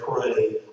pray